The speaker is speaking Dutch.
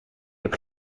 heb